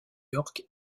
york